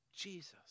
Jesus